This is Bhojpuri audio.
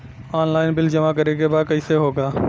ऑनलाइन बिल जमा करे के बा कईसे होगा?